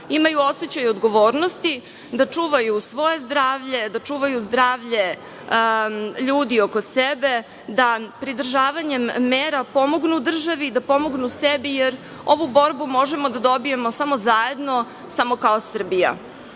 imaju osećaj odgovornosti, da čuvaju svoje zdravlje, da čuvaju zdravlje ljudi oko sebe, da pridržavanjem mera pomognu državi, da pomognu sebi jer ovu borbu možemo da dobijemo samo zajedno, samo kao Srbija. Biće